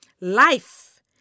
life